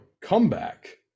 comeback